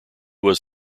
was